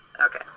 Okay